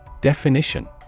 Definition